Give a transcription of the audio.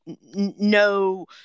no